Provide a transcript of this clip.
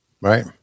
right